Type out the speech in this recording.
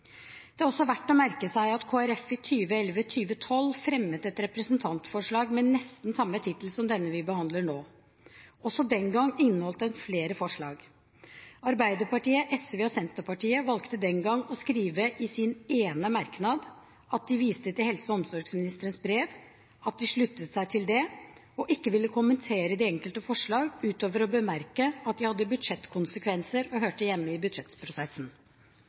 Det er også verdt å merke seg at Kristelig Folkeparti i 2011–2012 fremmet et representantforslag med nesten samme tittel som dette vi behandler nå. Også den gang inneholdt det flere forslag. Arbeiderpartiet, SV og Senterpartiet valgte den gang å skrive i sin ene merknad at de viste til helse- og omsorgsministerens brev, at de sluttet seg til det, og at de ikke ville kommentere de enkelte forslag utover å bemerke at de hadde budsjettkonsekvenser og hørte hjemme i budsjettprosessen.